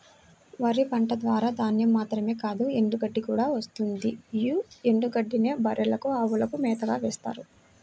వరి పంట ద్వారా ధాన్యం మాత్రమే కాదు ఎండుగడ్డి కూడా వస్తుంది యీ ఎండుగడ్డినే బర్రెలకు, అవులకు మేతగా వేత్తారు